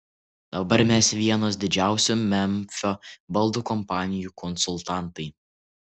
dabar mes vienos didžiausių memfio baldų kompanijų konsultantai